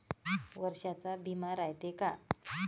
वर्षाचा बिमा रायते का?